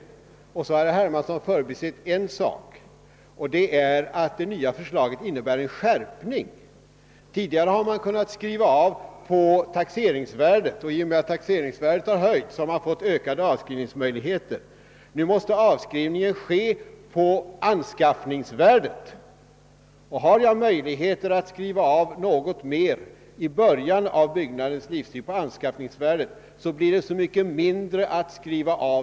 Vidare har herr Hermansson förbisett att det nya förslaget på en punkt innebär en skärpning. Tidigare har man kunnat skriva av på taxeringsvärdet, och genom att detta höjts har avskrivningsmöjligheterna ökats. Nu måste avskrivning ske på anskaffningsvärdet. Om möjligheter finns till en något större avskrivning på anskaffningsvärdet i början av den aktuella byggnadens livstid, blir det senare så mycket mindre att skriva av.